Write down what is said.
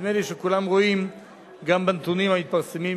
ונדמה לי שכולם רואים גם בנתונים המתפרסמים,